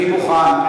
אני מוכן.